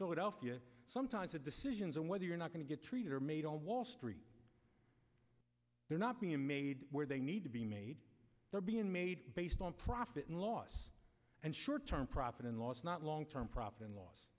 philadelphia sometimes the decisions on whether you're not going to get treated are made on wall street they're not being made where they need to be made they're being made based on profit and loss and short term profit and loss not long term profit and loss